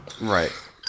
Right